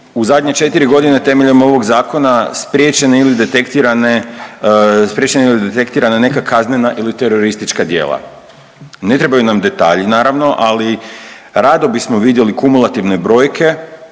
u zadnje 4 godine temeljem ovog zakona spriječene ili detektirana neka kaznena ili teroristička djela? Ne trebaju nam detalji, naravno, ali rado bismo vidjeli kumulativne brojke